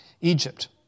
Egypt